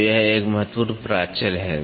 तो यह एक महत्वपूर्ण प्राचल है